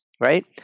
right